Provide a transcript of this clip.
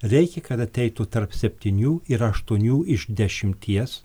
reikia kad ateitų tarp septynių ir aštuonių iš dešimties